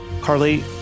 Carly